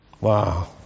Wow